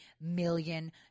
million